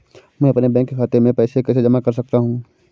मैं अपने बैंक खाते में पैसे कैसे जमा कर सकता हूँ?